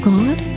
God